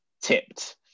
tipped